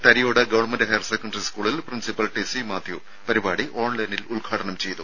തരിയോട് government higher secondary സ്കൂളിൽ principal Tessy Mathew പരിപാടി ഓൺലൈനിൽ ഉദ്ഘാടനം ചെയ്തു